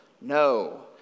No